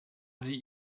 sie